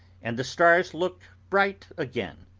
and the stars look bright again.